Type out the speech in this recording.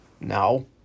No